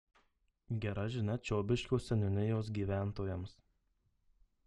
gera žinia čiobiškio seniūnijos gyventojams